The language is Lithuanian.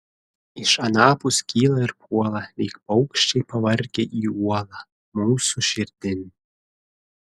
iš anapus kyla ir puola lyg paukščiai pavargę į uolą mūsų širdin